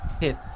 Hit